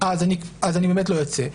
אז אני באמת לא יוצא.